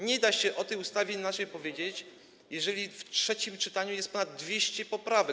Nie da się o tej ustawie inaczej powiedzieć, jeżeli w trzecim czytaniu jest ponad 200 poprawek.